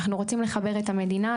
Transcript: אנחנו רוצים לכבד את המדינה.